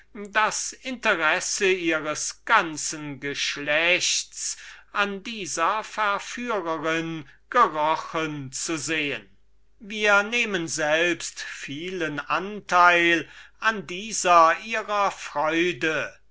das interesse ihres ganzen geschlechts an dieser verführerin gerochen zu sehen wir nehmen selbst vielen anteil an dieser ihrer freude